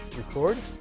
record.